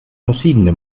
verschiedene